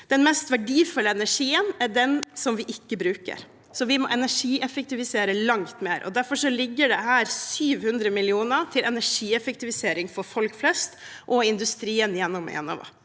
Den mest verdifulle energien er den som vi ikke bruker, så vi må energieffektivisere langt mer. Derfor ligger det her 700 mill. kr til energieffektivisering for folk flest og industrien gjennom Enova.